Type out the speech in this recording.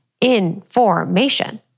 information